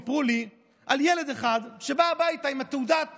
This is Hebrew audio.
סיפרו לי על ילד אחד שבא הביתה עם תעודת